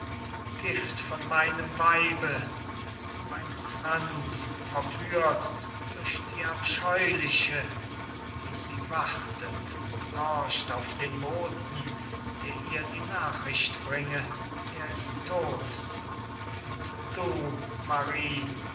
gift von meinem weibe mein franz verführt durch die abscheuliche wie sie wartet horcht auf den boten der ihr die nachricht bringe er ist tot und du marie